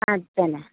पाँचजना